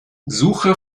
suche